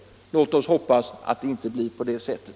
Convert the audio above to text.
Låt oss hoppas att det inte blir på det sättet.